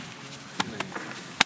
את חבר הכנסת החדש חיליק טרופר.